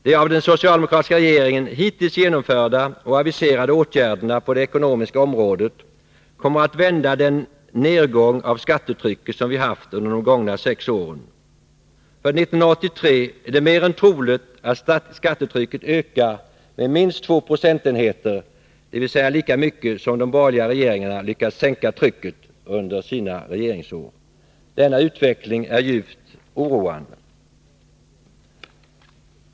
De av den socialdemokratiska regeringen hittills genomförda och aviserade åtgärderna på det ekonomiska området kommer att vända den nergång av skattetrycket som vi har haft under de gångna sex åren. För 1983 är det mer än troligt att skattetrycket ökar med minst två procentenheter, dvs. lika mycket som de borgerliga regeringarna lyckades sänka trycket under sina regeringsår. Denna utveckling är djupt oroande.